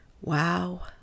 Wow